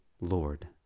Lord